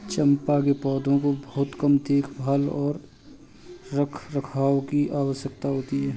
चम्पा के पौधों को बहुत कम देखभाल और रखरखाव की आवश्यकता होती है